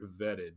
vetted